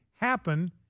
happen